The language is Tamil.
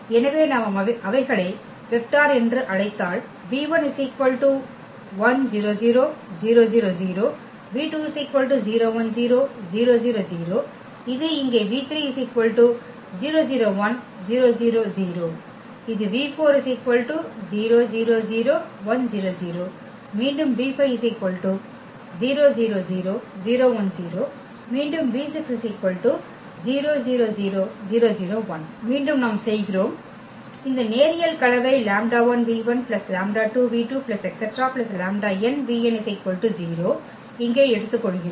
எனவே நாம் அவைகளை வெக்டர் என்று அழைத்தால் இது இங்கே இது மீண்டும் மீண்டும் v6 மீண்டும் நாம் செய்கிறோம் இந்த நேரியல் கலவை இங்கே எடுத்துக்கொள்கிறோம்